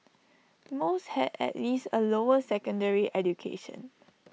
most had at least A lower secondary education